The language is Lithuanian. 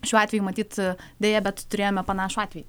šiuo atveju matyt deja bet turėjome panašų atvejį